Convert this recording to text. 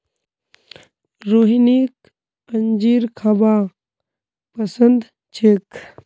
रोहिणीक अंजीर खाबा पसंद छेक